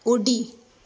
उडी